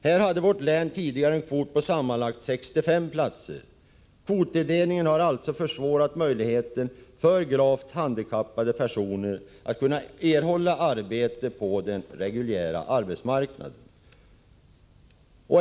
Här hade vårt län tidigare en kvot på sammanlagt 65 platser. Kvottilldelningen har alltså gjort det svårare för gravt handikappade personer att erhålla ett arbete på den reguljära arbetsmarknaden.